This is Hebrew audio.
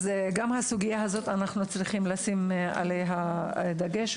אנחנו צריכות לשים דגש גם בסוגיה הזו